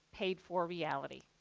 paid-for reality.